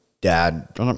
dad